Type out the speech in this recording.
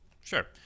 Sure